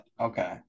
okay